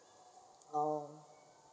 orh